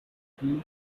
laterally